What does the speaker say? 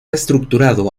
estructurado